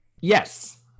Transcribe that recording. Yes